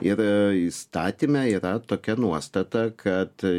ir a įstatyme yra tokia nuostata kad a